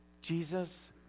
Jesus